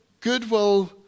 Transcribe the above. goodwill